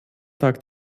tag